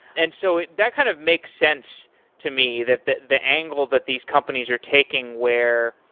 and so that kind of makes sense to me that the the angle that these companies are taking where,